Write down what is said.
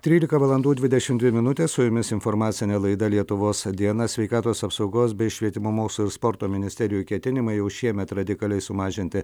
trylika valandų dvidešim dvi minutės su jumis informacinė laida lietuvos dieną sveikatos apsaugos bei švietimo mokslo ir sporto ministerijų ketinimai jau šiemet radikaliai sumažinti